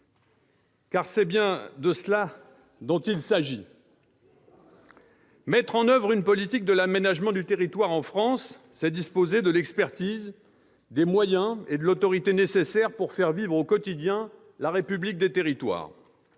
Car c'est bien de cela qu'il s'agit. Mettre en oeuvre une politique de l'aménagement du territoire en France, c'est disposer de l'expertise, des moyens et de l'autorité nécessaires pour faire vivre, au quotidien, la République des territoires.